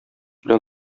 белән